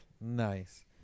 Nice